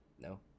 No